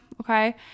okay